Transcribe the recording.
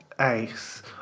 ace